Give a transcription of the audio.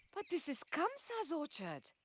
but this is kamsa's orchard!